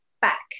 back